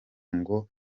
ngo